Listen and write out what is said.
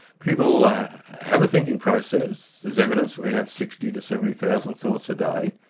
people have a thinking process, there's evidence we have sixty to seventy thousand thoughts a day.